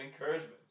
encouragement